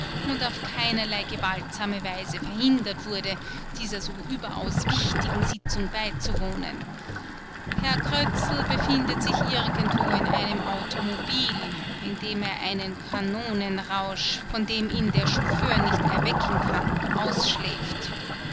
und auf keinerlei gewaltsame weise verhindert wurde dieser so überaus wichtigen sitzung beizuwohnen herr krötzl befindet sich irgendwo in einem automobil in dem er einen kanonenrausch von dem ihn der chauffeur nicht erwecken kann ausschläft